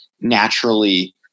naturally